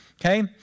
Okay